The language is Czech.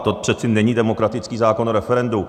To přece není demokratický zákon o referendu.